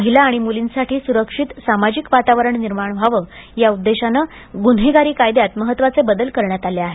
महिला आणि मुलींसाठी सुरक्षित सामाजिक वातावरण निर्माण व्हावं या उद्देशाने गुन्हेगारी कायद्यात महत्त्वाचे बदल करण्यात आले आहेत